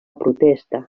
protesta